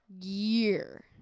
year